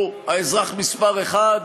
או האזרח מספר אחת.